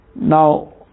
Now